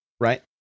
Right